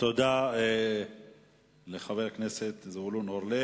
תודה לחבר הכנסת זבולון אורלב.